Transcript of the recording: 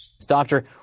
Doctor